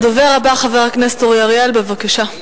הדובר הבא, חבר הכנסת אורי אריאל, בבקשה.